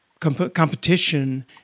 competition